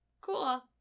Cool